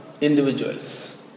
individuals